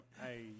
Hey